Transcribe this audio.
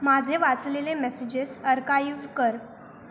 माझे वाचलेले messages archive कर